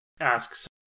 Asks